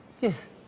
Yes